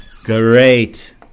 Great